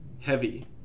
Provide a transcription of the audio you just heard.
Heavy